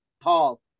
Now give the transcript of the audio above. Paul